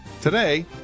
Today